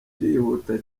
irihuta